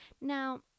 Now